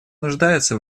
нуждается